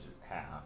half